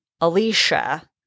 alicia